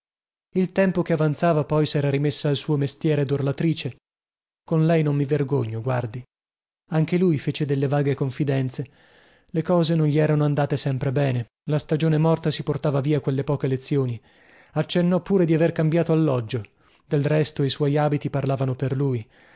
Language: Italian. il tempo che avanzava poi sera rimessa al suo mestiere dorlatrice con lei non mi vergogno guardi anche lui fece delle vaghe confidenze le cose non gli erano andate sempre bene la stagione morta si portava via quelle poche lezioni accennò pure di aver cambiato alloggio del resto i suoi abiti parlavano per lui